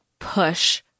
push